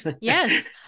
Yes